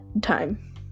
time